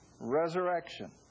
resurrection